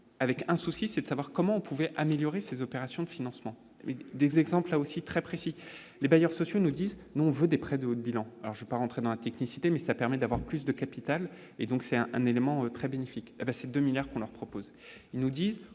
avec un souci, c'est de savoir comment on pouvait améliorer ses opérations de financement des exemples, là aussi, très précis, les bailleurs sociaux nous disent : nous on veut des prêts de votre bilan, alors je vais pas rentrer dans la technicité mais ça permet d'avoir plus de capital et donc c'est un élément très bénéfique, passé 2 milliards pour leur proposer, ils nous disent